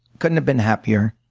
couldn't have been happier.